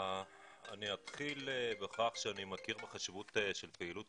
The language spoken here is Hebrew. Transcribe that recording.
אני אתחיל בכך שאומר שאני מכיר בחשיבות פעילות